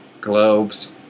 Globes